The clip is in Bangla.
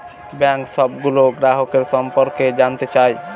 ব্যাঙ্ক সবগুলো গ্রাহকের সম্পর্কে জানতে চায়